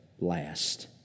last